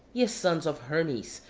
ye sons of hermes,